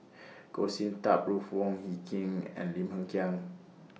Goh Sin Tub Ruth Wong Hie King and Lim Hng Kiang